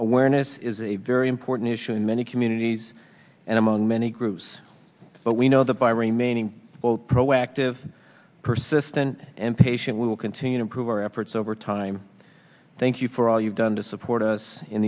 awareness is a very important issue in many communities and among many groups but we know that by remaining proactive persistent and patient we will continue to improve our efforts over time thank you for all you've done to support us in